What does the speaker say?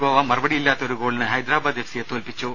ഗോവ മറുപടിയില്ലാത്ത ഒരു ഗോളിന് ഹൈദരബാദ് എഫ് സിയെ തോൽപി ച്ചു